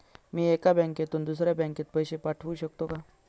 मी एका बँकेतून दुसऱ्या बँकेत पैसे पाठवू शकतो का?